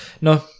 No